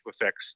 effects